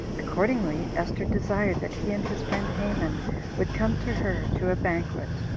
accordingly, esther desired that he and his friend haman would come to her to a banquet,